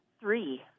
Three